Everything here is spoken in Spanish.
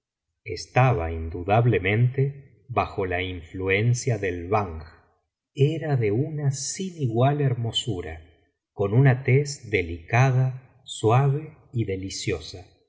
estaba indudablemente bajo la influencia del banj era de una sin igual hermosura con una tez delicada suave y deliciosa